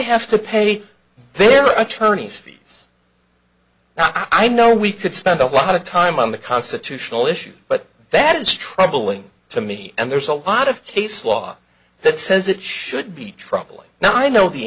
have to pay their attorney's fees i know we could spend a lot of time on the constitutional issue but that is troubling to me and there's a lot of case law that says it should be troubling now i know the